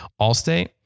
Allstate